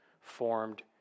formed